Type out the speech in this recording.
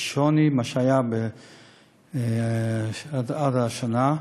בשונה ממה שהיה עד השנה,